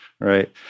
Right